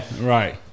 right